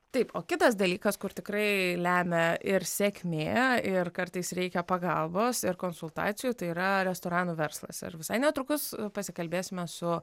taip o kitas dalykas kur tikrai lemia ir sėkmė ir kartais reikia pagalbos ir konsultacijų tai yra restoranų verslas ir visai netrukus pasikalbėsime su